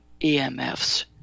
EMFs